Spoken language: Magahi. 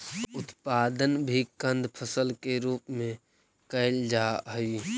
उत्पादन भी कंद फसल के रूप में कैल जा हइ